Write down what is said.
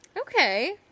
okay